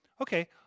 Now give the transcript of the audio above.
Okay